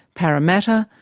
parramatta,